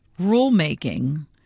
rulemaking